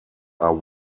are